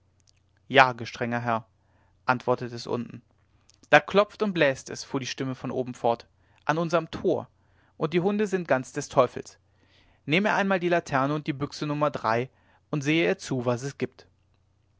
ja gestrenger herr antwortete es unten da klopft und bläst es fuhr die stimme von oben fort an unserm tor und die hunde sind ganz des teufels nehm er einmal die laterne und die büchse no und sehe er zu was es gibt